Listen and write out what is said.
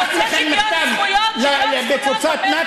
זה ביקורת לגיטימית, זו בקשה לגיטימית.